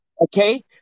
Okay